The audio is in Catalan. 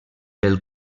pel